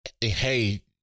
hey